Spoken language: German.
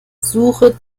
suche